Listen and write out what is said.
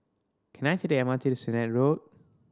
can I take the M R T to Sennett Road